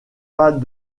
pas